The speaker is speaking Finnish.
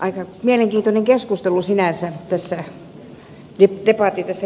aika mielenkiintoinen debatti sinänsä tässä käytiin